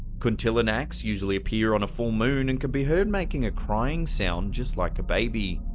kuntilanaks usually appear on a full moon, and can be heard making a crying sound just like a baby.